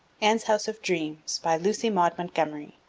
anne's house of dreams, by lucy maud montgomery